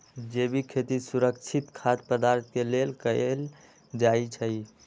जैविक खेती सुरक्षित खाद्य पदार्थ के लेल कएल जाई छई